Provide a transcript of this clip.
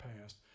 past